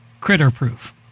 critter-proof